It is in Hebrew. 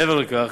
מעבר לכך,